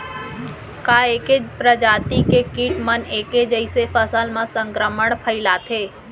का ऐके प्रजाति के किट मन ऐके जइसे फसल म संक्रमण फइलाथें?